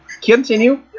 Continue